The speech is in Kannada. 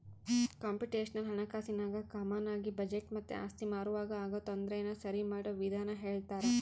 ಕಂಪ್ಯೂಟೇಶನಲ್ ಹಣಕಾಸಿನಾಗ ಕಾಮಾನಾಗಿ ಬಜೆಟ್ ಮತ್ತೆ ಆಸ್ತಿ ಮಾರುವಾಗ ಆಗೋ ತೊಂದರೆನ ಸರಿಮಾಡೋ ವಿಧಾನ ಹೇಳ್ತರ